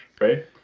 right